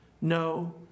No